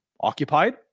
occupied